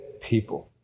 People